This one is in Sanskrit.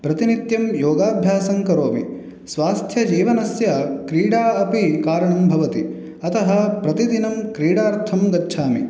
प्रतिनित्यं योगाभ्यासं करोमि स्वास्थ्यजीवनस्य क्रीडा अपि कारणं भवति अतः प्रतिदिनं क्रीडार्थं गच्छामि